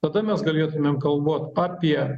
tada mes galėtumėm galvot apie